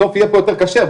בסוף יהיה פה יותר כשר,